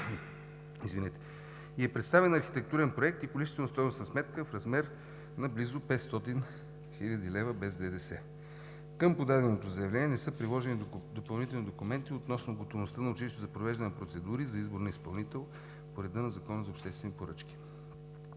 и е представен архитектурен проект и количествено-стойностна сметка в размер на близо 500 хил. лв. без ДДС. Към подаденото заявление не са приложени допълнителни документи относно готовността на училището за провеждане на процедури за избор на изпълнител по реда на Закона за обществените поръчки.